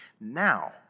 Now